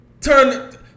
turn